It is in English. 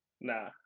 Nah